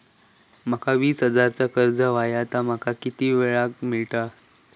माका वीस हजार चा कर्ज हव्या ता माका किती वेळा क मिळात?